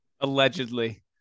Allegedly